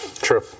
true